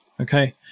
okay